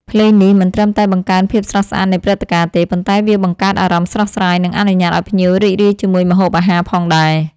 ភ្លេងនេះមិនត្រឹមតែបង្កើនភាពស្រស់ស្អាតនៃព្រឹត្តិការណ៍ទេ ប៉ុន្តែវាបង្កើតអារម្មណ៍ស្រស់ស្រាយ និងអនុញ្ញាតឲ្យភ្ញៀវរីករាយជាមួយម្ហូបអាហារផងដែរ។